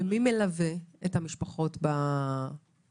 מי מלווה את המשפחות בזמן הזה?